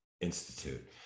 Institute